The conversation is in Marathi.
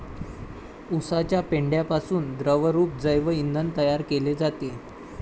उसाच्या पेंढ्यापासून द्रवरूप जैव इंधन तयार केले जाते